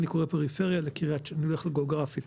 גיאוגרפית